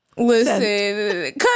Listen